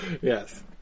Yes